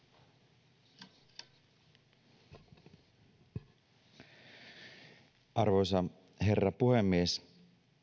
arvoisa herra puhemies